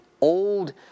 old